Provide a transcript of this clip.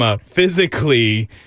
physically